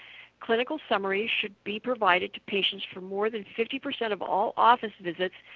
clinical summaries should be provided to patients for more than fifty percent of all office visits,